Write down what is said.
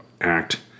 act